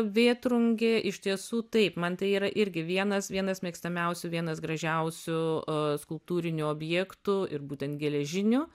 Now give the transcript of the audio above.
vėtrungė iš tiesų taip man tai yra irgi vienas vienas mėgstamiausių vienas gražiausių skulptūrinių objektų ir būtent geležinių